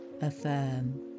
Affirm